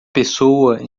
pessoa